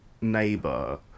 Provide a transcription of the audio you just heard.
neighbor